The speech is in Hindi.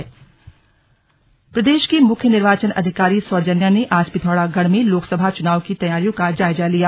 स्लग मुख्य निर्वाचन अधिकारी प्रदेश की मुख्य निर्वाचन अधिकारी सौजन्या ने आज पिथौरागढ में लोकसभा चनावों की तैयारियों का जायजा लिया